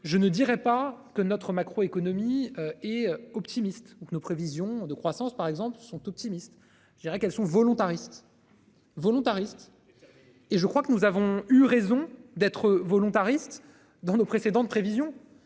Je ne dirais pas que notre macro-économie. Et optimiste ou que nos prévisions de croissance par exemple sont optimistes. Je dirais qu'elles sont volontaristes. Volontariste. Et je crois que nous avons eu raison d'être volontariste dans nos précédentes prévisions.